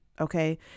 okay